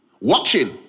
watching